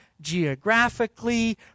geographically